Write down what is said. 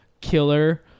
killer